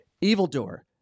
evildoer